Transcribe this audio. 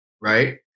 right